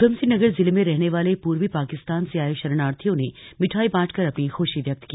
ऊधमसिंह नगर जिले में रहने वाले पूर्वी पाकिस्तान से आए शरणार्थियों ने मिठाई बांटकर अपनी खुशी व्यक्त की